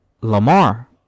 lamar